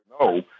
No